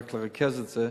רק לרכז את זה.